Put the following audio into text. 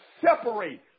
separate